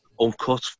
Uncut